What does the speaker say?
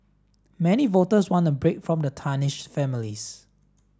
many voters want a break from the tarnished families